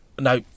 now